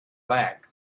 back